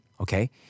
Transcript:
Okay